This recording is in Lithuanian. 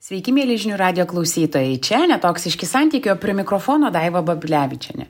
sveiki mieli žinių radijo klausytojai čia netoksiški santykiai o prie mikrofono daiva babilevičienė